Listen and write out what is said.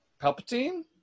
Palpatine